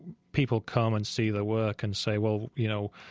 people come and see the work and say, well, you know,